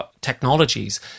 technologies